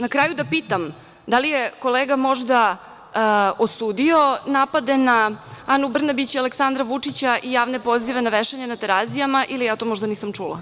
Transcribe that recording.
Na kraju da pitam – da li je kolega možda osudio napade na Anu Brnabić i Aleksandra Vučića i javne pozive na vešanje na Terazijama ili ja to možda nisam čula?